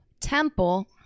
temple